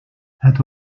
het